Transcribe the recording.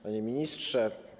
Panie Ministrze!